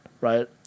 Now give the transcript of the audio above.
right